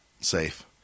safe